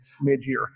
mid-year